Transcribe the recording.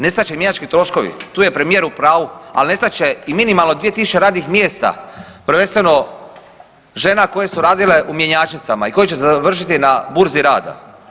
Nestat će mjenjački troškovi, tu je premijer u pravu, ali nestat će i minimalno 2.000 radnih mjesta prvenstveno žena koje su radile u mjenjačnicama i koje će završiti na burzi rada.